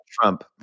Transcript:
Trump